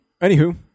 Anywho